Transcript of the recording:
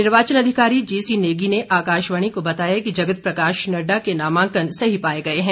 निर्वाचन अधिकारी जीसी नेगी ने आकाशवाणी को बताया कि जगत प्रकाश नड्डा के नामांकन सही पाए गए हैं